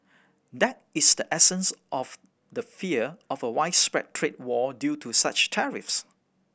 that is the essence of the fear of a widespread trade war due to such tariffs